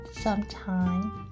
sometime